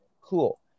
cool